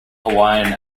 hawaiian